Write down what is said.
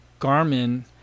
Garmin